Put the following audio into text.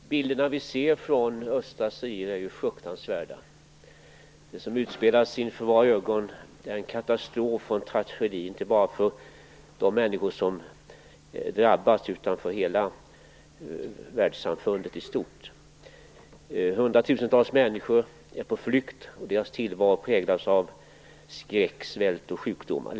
Fru talman! Jag vill vända mig till Pierre Schori. De bilder vi ser från östra Zaire är fruktansvärda. Det som utspelas inför våra ögon är en katastrof och en tragedi - inte bara för de människor som drabbas utan för hela världssamfundet i stort. Hundratusentals människor är på flykt. Deras tillvaro präglas av skräck, svält och sjukdomar.